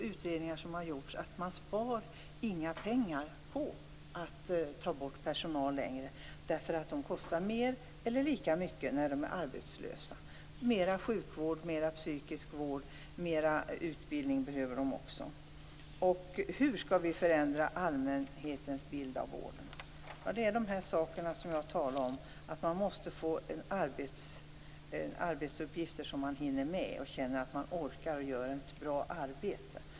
Utredningar visar att pengar inte sparas på att ta bort mer personal. De kostar mer eller lika mycket som arbetslösa. Det behövs mer sjukvård, psykisk vård och mer utbildning. Man måste få arbetsuppgifter som man känner att man hinner med, känner att man orkar göra ett bra arbete.